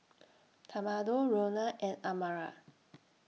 Tamatha Roena and Amara